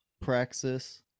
Praxis